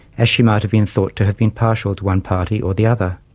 as she might have been thought to have been partial to one party or the other.